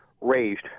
raised